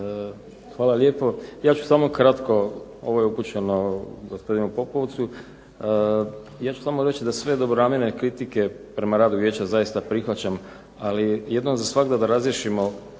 Hvala lijepo. Ja ću samo kratko. Ovo je upućeno gospodinu Pupovcu. Ja ću samo reći da sve dobronamjerne kritike prema radu Vijeća zaista prihvaćam, ali jednom za svagda da razriješimo